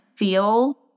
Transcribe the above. feel